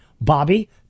Bobby